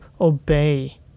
obey